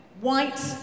white